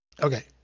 Okay